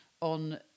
on